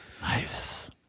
Nice